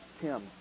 Tim